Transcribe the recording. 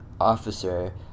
officer